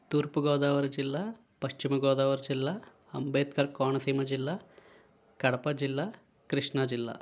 తూర్పు గోదావరి జిల్లా పశ్చిమ గోదావరి జిల్లా అంబేద్కర్ కోనసీమ జిల్లా కడప జిల్లా కృష్ణ జిల్లా